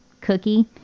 cookie